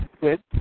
good